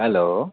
hello